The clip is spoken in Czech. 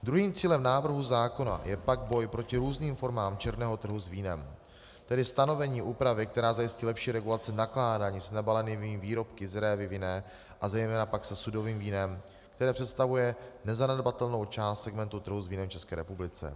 Druhým cílem návrhu zákona je pak boj proti různým formám černého trhu s vínem, tedy stanovení úpravy, která zajistí lepší regulaci nakládání s nebalenými výrobky z révy vinné a zejména pak se sudovým vínem, které představuje nezanedbatelnou část segmentu trhu s vínem v České republice.